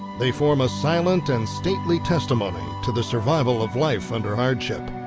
they form a silent and stately testimony to the survival of life under hardship.